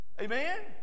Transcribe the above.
Amen